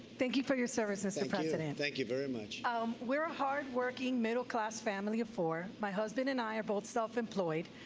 thank you for your service, mr. president. thank you very much. um we're a hard working middle class family of four. my husband and i are both self-employed.